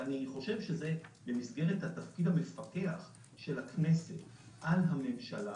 אני חושב שבמסגרת התפקיד המפקח של הכנסת על הממשלה